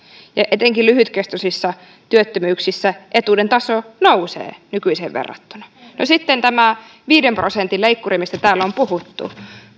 etenkin lyhytkestoisissa työttömyyksissä etuuden taso nousee nykyiseen verrattuna sitten tämä viiden prosentin leikkuri mistä täällä on puhuttu